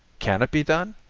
can it be done?